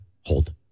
hold